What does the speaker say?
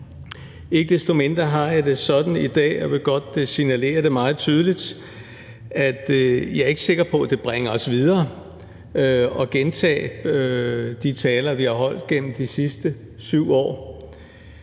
Ikke desto mindre har jeg det sådan i dag – og jeg vil godt signalere det meget tydeligt – at jeg ikke er sikker på, det bringer os videre at gentage de taler, vi har holdt gennem de sidste 7 år.